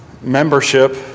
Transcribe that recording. membership